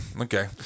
okay